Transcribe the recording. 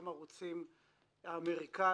גם ערוצים אמריקניים.